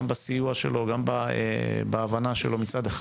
גם בסיוע שלו וגם בהבנה שלו מצד אחד